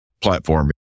platform